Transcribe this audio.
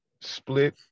split